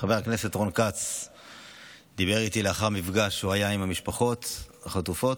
חבר הכנסת רון כץ דיבר איתי לאחר מפגש שלו עם משפחות החטופים,